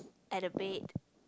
at the bed